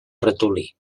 ratolí